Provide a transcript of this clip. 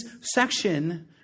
section